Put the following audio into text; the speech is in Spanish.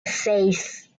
seis